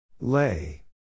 Lay